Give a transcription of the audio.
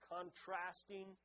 contrasting